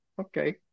Okay